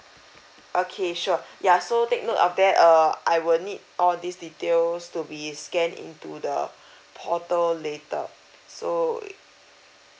okay sure ya so take note of that uh I will need all these details to be scan into the portal later so